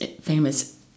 famous